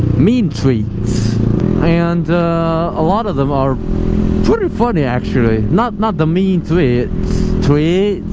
mean tweets and a lot of them are pretty funny actually not not the mean tweet.